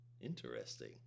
Interesting